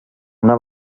una